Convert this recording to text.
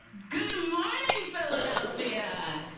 good morning, philadelphia!